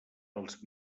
els